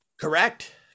Correct